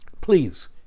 Please